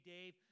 Dave